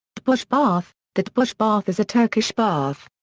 deboj bath the deboj bath is a turkish bath.